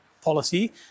policy